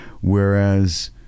Whereas